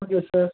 okay sir